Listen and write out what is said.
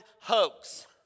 hoax